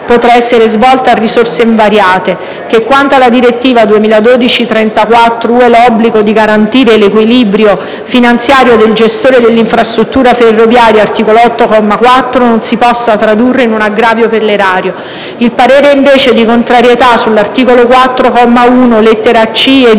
potrà essere svolta a risorse invariate; - che, quanto alla direttiva 2012/34/UE, l'obbligo di garantire l'equilibrio finanziario del gestore dell'infrastruttura ferroviaria (articolo 8, comma 4) non si possa tradurre in un aggravio per l'erario. Il parere è invece di contrarietà sull'articolo 4, comma 1,